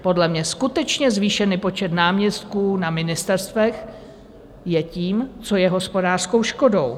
Podle mě skutečně zvýšený počet náměstků na ministerstvech je tím, co je hospodářskou škodou.